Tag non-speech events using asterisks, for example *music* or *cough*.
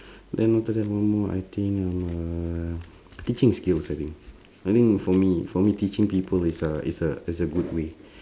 *breath* then after that one more I think I'm uh teaching skills I think I think for me for me teaching people is a is a is a good way